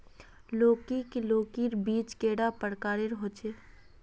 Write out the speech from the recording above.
लौकी लौकीर बीज कैडा प्रकारेर होचे?